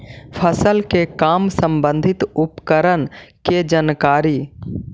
फसल के काम संबंधित उपकरण के जानकारी?